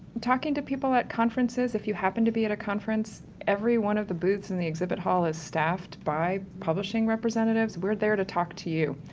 talking to people at conferences if you happen to be at a conference, every one of the booths in the exhibit hall is staffed by publishing representatives. we're there to talk to you.